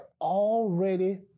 already